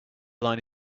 line